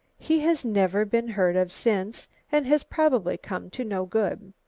he has never been heard of since and has probably come to no good.